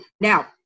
Now